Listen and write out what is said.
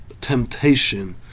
temptation